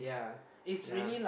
yeah yeah